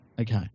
Okay